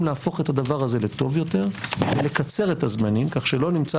להפוך את הדבר הזה לטוב יותר ולקצר את הזמנים כך שלא נמצא